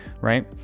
right